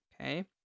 Okay